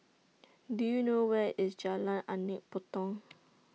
Do YOU know Where IS Jalan Anak Patong